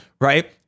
right